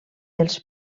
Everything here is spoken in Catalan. els